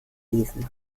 gelesen